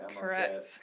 Correct